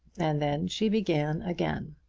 and then she began again.